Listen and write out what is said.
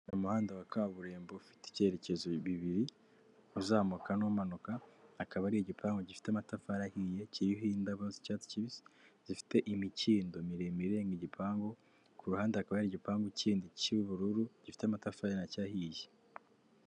Umuhanda wa kaburimbo ufite icyerekezo bibiri uzamuka n'umanuka akaba ari igipangu gifite amatafari ahiye kiriho indabo z'icyatsi kibisi zifite imikindo miremire irenga igipangu ku ruhande akaba hari igipangu kindi cy'ubururu gifite amatafari nacyo ahiye.